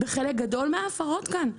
בחלק גדול מההפרות כאן.